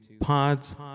Pods